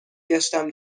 گشتم